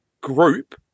group